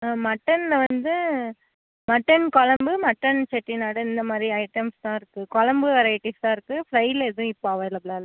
ஆ மட்டனில் வந்து மட்டன் குழம்பு மட்டன் செட்டிநாடு இந்த மாதிரி ஐட்டம்ஸ் தான் இருக்கு குழம்பு வெரைட்டிஸ் தான் இருக்கு ஃப்ரையில எதுவும் இப்போ அவைலபில்லாக இல்லை